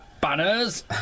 Banners